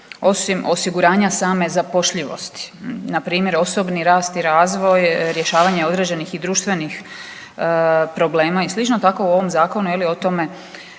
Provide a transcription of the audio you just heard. osim osiguranja same zapošljivosti, npr. osobni rast i razvoj, rješavanje određenih i društvenih problema i slično, tako u ovom zakonu je li o tome